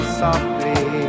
softly